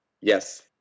Yes